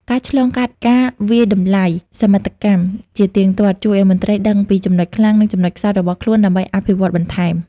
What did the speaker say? ការឆ្លងកាត់ការវាយតម្លៃសមិទ្ធកម្ម ជាទៀងទាត់ ជួយឱ្យមន្ត្រីដឹងពីចំណុចខ្លាំង និងចំណុចខ្សោយរបស់ខ្លួនដើម្បីអភិវឌ្ឍបន្ថែម។